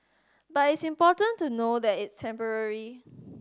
but it's important to know that it's temporary